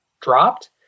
dropped